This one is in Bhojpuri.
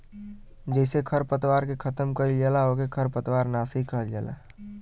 जेसे खरपतवार के खतम कइल जाला ओके खरपतवार नाशी कहल जाला